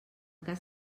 cas